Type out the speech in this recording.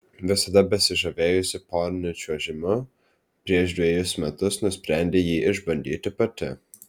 visada besižavėjusi poriniu čiuožimu prieš dvejus metus nusprendė jį išbandyti pati